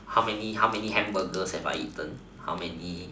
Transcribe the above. how many how many hamburgers have I eaten how many